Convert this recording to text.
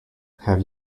have